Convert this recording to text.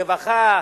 רווחה,